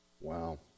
Wow